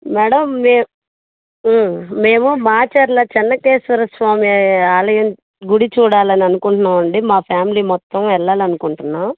madam మేం మేము మాచర్ల చెన్నకేశ్వర స్వామి ఆలయం గుడి చూడాలని అనుకుంటున్నామండీ మా ఫ్యామిలీ మొత్తం వెళ్ళాలి అనుకుంటున్నాం